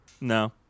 no